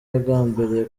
yagambiriye